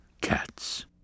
cats